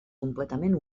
completament